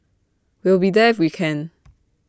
we'll be there if we can